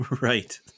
right